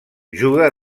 juga